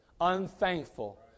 unthankful